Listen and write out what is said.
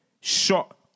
shot